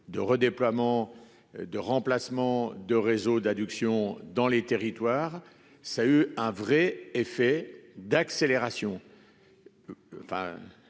de redéploiements et de remplacements de réseaux d'adduction dans les territoires. Cela a eu un vrai effet d'accélération-